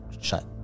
shut